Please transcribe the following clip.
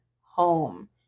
home